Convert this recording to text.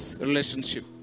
relationship